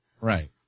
Right